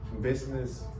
Business